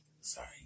Sorry